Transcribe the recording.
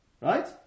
Right